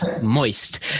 moist